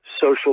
social